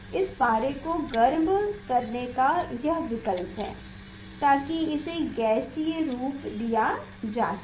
इस पारे को गर्म करने का यहाँ विकल्प है ताकि इसे गैसीय रूप दिया जा सके